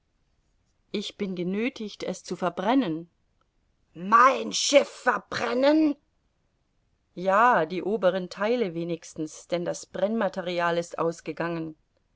ich bin genöthigt es zu verbrennen mein schiff verbrennen ja die oberen theile wenigstens denn das brennmaterial ist ausgegangen